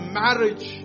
marriage